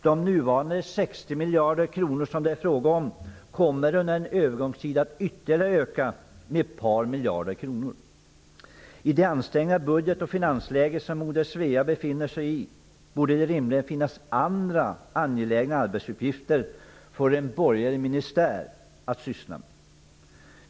De nuvarande 60 miljarder kronor som det är fråga om kommer under en övergångstid att ytterligare öka med ett par miljarder kronor. I det ansträngda budget och finansläge som Moder Svea befinner sig i borde det rimligen finnas andra angelägna arbetsuppgifter att syssla med för en borgerlig ministär.